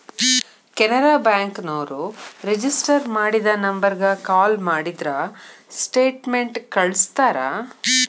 Canara bank ನೋರು register ಮಾಡಿದ ನಂಬರ್ಗ ಕಾಲ ಮಾಡಿದ್ರ ಸ್ಟೇಟ್ಮೆಂಟ್ ಕಳ್ಸ್ತಾರ